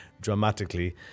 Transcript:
dramatically